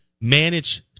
manage